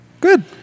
good